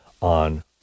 on